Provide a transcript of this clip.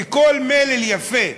וכל מלל יפה,